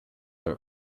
are